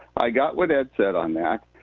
i got what ed said on that.